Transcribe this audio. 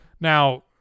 Now